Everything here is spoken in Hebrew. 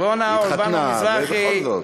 היא התחתנה, אז בכל זאת.